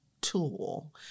tool